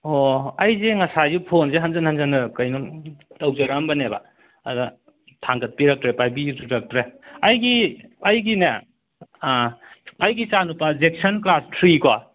ꯑꯣ ꯑꯣ ꯑꯩꯁꯦ ꯉꯁꯥꯏꯁꯨ ꯐꯣꯟꯁꯦ ꯍꯟꯖꯤꯟ ꯍꯟꯖꯤꯟꯅ ꯀꯩꯅꯣ ꯇꯧꯖꯔꯛꯑꯝꯕꯅꯦꯕ ꯑꯗ ꯊꯥꯡꯒꯠꯄꯤꯔꯛꯇ꯭ꯔꯦ ꯄꯥꯏꯕꯤꯔꯛꯇ꯭ꯔꯦ ꯑꯩꯒꯤ ꯑꯩꯒꯤꯅꯦ ꯑꯩꯒꯤ ꯏꯆꯥꯅꯨꯄꯥꯁꯦ ꯖꯦꯛꯁꯟ ꯀ꯭ꯂꯥꯁ ꯊ꯭ꯔꯤꯀꯣ